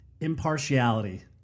impartiality